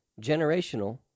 generational